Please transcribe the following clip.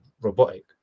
robotic